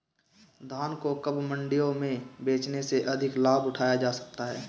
धान को कब मंडियों में बेचने से अधिक लाभ उठाया जा सकता है?